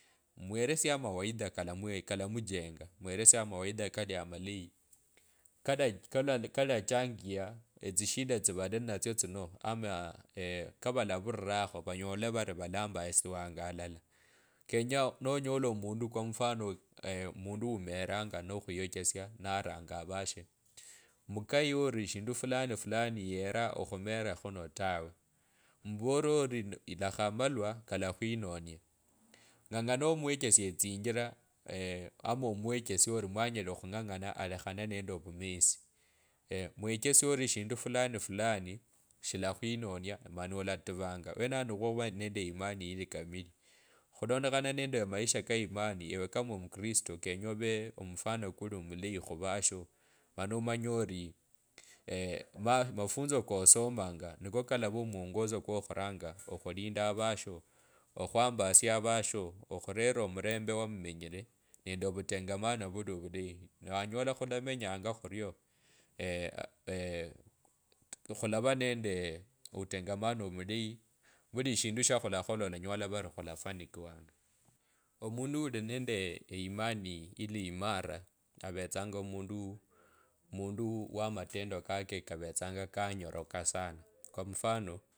Mwelesie omawaidha kalamee kalamjenga. mwelesie amawaidha amaleyi. kala kalachangiya etsisheda tsivali ninetso tsino amu kavavurirakho vonyole vari valambasuanga alala kenya nonyola omundu kwa mfano mundu umelanga nokhuyochesia naranga avashe mkaye ori shindu fulani fulani yera okhumera khuno tawe murorire ori lakha amalwa kalakho inonia. Ngangana omwechesie etsinjila ama omwekhesie mwanye la okhungangana alakhane nende ovumesi. Mwechesie or eshindu fulani fulani. Shilakhwinonia mani olatuvanga wenavo niichwo we nende imani ili kamili. Khulondakha nende amaisha kaimani ewe kama omukristo kenya ovee omufano kuli omulayi. khuvasho mani omanye ori maa mafunzo kosomanga nikakolava omwongozo kwa khuranga okhulinga avasho okhwambasia avasho okhulera omulembe wamumenyire. nende ovutengamano vuli ovuleyi. Ne wanyola khulamenyanga khurio. ee khulava nende utungamano amulayi vulieshindu shikhwa lakhola olanyola vari khwalafani kiwanga. Omundu uli nende eyimani ili imara avetsanga omundu munduu wa matendo kake kavetsanga kanyoroka sana kwa mfano olatsia.